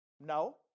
No